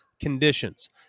conditions